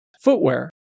footwear